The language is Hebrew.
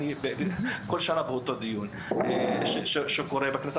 אני פשוט מגיע כל שנה לדיון הזה בכנסת,